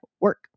work